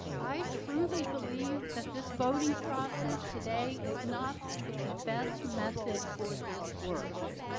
i truly believe that this voting process today is not the best method for this work.